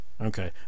Okay